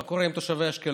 מה קורה עם תושבי אשקלון?